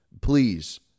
please